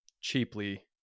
cheaply